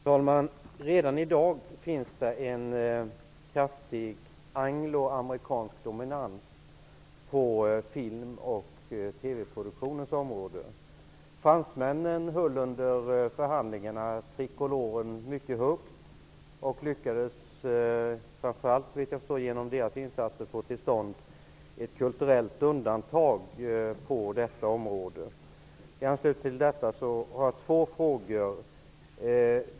Fru talman! Redan i dag finns en kraftig angloamerikansk dominans på film och TV produktionens område. Fransmännen höll under förhandlingarna tricoloren mycket högt, och det var framför allt genom deras insatser, såvitt jag förstår, som man fick till stånd ett kulturellt undantag på detta område. I anslutning till detta har jag ett par frågor.